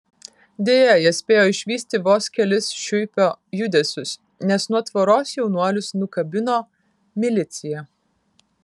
deja jie spėjo išvysti vos kelis šiuipio judesius nes nuo tvoros jaunuolius nukabino milicija